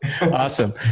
Awesome